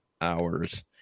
hours